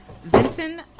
Vincent